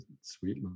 sweet